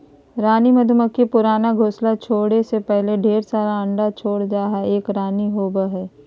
रानी मधुमक्खी पुराना घोंसला छोरै से पहले ढेर सारा अंडा छोड़ जा हई, एक रानी होवअ हई